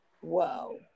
whoa